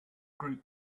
group